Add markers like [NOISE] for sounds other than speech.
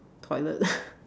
toilet [LAUGHS]